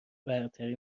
برتری